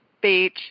beach